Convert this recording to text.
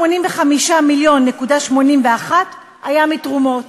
485.81 מיליון היו מתרומות,